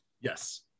Yes